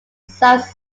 south